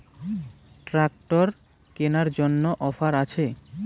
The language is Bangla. ট্রাক্টর কেনার জন্য অফার আছে?